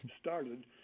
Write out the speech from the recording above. started